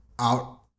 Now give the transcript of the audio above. out